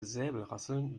säbelrasseln